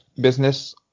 business